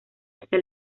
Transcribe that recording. hacia